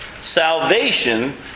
Salvation